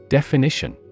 Definition